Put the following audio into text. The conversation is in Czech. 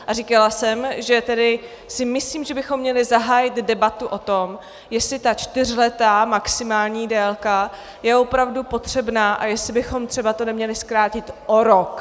A říkala jsem, že tedy si myslím, že bychom měli zahájit debatu o tom, jestli ta čtyřletá maximální délka je opravdu potřebná a jestli bychom třeba to neměli zkrátit o rok.